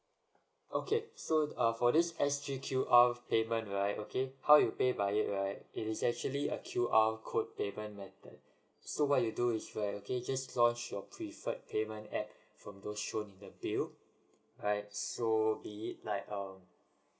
okay so uh for this S_G_Q_R payment right okay how you pay by it right it is actually a Q_R code payment method so what you do is where just launch your preferred payment at from those shown in the bill right so be it like err